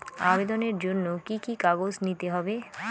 আবেদনের জন্য কি কি কাগজ নিতে হবে?